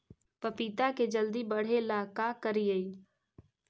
पपिता के जल्दी बढ़े ल का करिअई?